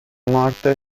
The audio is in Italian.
morte